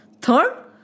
third